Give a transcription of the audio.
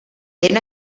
ben